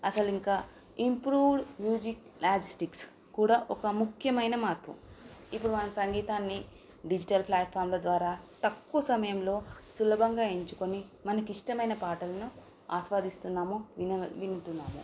అసలు ఇంకా improved music logistics కూడా ఒక ముఖ్యమైన మార్పు ఇప్పుడు మన సంగీతాన్ని డిజిటల్ ప్లాట్ఫామ్ల ద్వారా తక్కువ సమయంలో సులభంగా ఎంచుకుని మనకి ఇష్టమైన పాటలను ఆస్వాదిస్తున్నాము విన వింటున్నాము